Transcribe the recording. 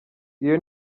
iyi